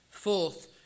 Fourth